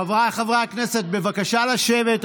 חבריי חברי הכנסת, בבקשה לשבת.